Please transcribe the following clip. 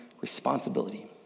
responsibility